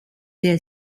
der